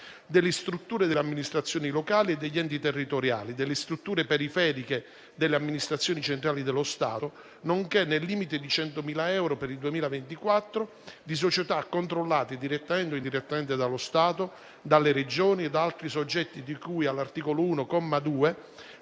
delle strutture delle amministrazioni locali e degli enti territoriali, delle strutture periferiche delle amministrazioni centrali dello Stato, nonché, nel limite di 100.000 euro per il 2024, di società controllate direttamente o indirettamente dallo Stato, dalle Regioni e da altri soggetti di cui all'articolo 1,